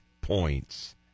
points